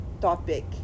topic